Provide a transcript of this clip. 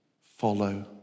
follow